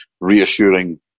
reassuring